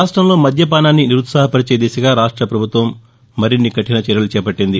రాష్టంలో మద్యపానాన్ని నిరుత్సాహపరిచే దిశగా రాష్ట ప్రభుత్వం మరిన్ని కఠిన చర్యలు చేపట్టింది